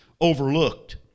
overlooked